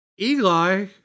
Eli